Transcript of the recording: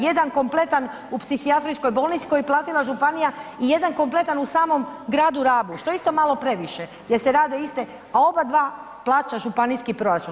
Jedan kompletan u psihijatrijskoj bolnici koji je platila županija i jedan kompletan u samom gradu Rabu što je isto malo previše jer se rade iste, a obadva plaća županijski proračun.